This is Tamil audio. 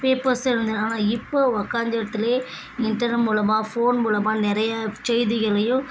பேப்பர்ஸ் இருந்து ஆனால் இப்போ உட்காந்த இடத்துலே இன்டர்நெட் மூலமாக ஃபோன் மூலமாக நிறைய செய்திகளையும்